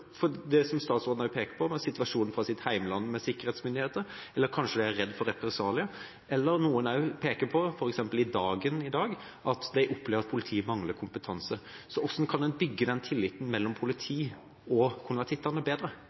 det – som også statsråden peker på – på grunn av situasjonen med sikkerhetsmyndigheter i deres heimland, eller kanskje de er redde for represalier. Noen peker også på, f.eks. i Dagen i dag, at de opplever at politiet mangler kompetanse. Hvordan kan en bygge en bedre tillit mellom politi og